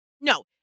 No